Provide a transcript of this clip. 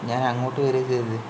ഞാൻ അങ്ങോട്ട് വരുവാണ് ചെയ്തതത്